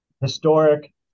historic